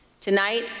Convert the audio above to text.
tonight